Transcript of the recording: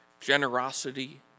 Generosity